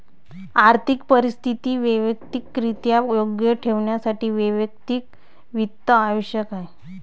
आर्थिक परिस्थिती वैयक्तिकरित्या योग्य ठेवण्यासाठी वैयक्तिक वित्त आवश्यक आहे